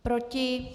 Proti?